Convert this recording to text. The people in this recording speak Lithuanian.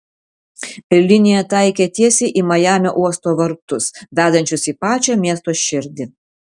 linija taikė tiesiai į majamio uosto vartus vedančius į pačią miesto širdį